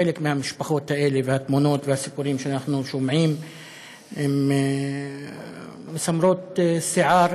חלק מהמשפחות האלה והסיפורים שאנחנו שומעים הם מסמרי שיער,